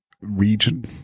region